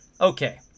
okay